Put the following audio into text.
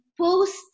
post